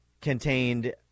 contained